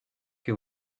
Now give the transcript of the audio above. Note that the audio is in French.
que